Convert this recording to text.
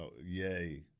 Yay